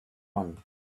one